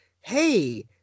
Hey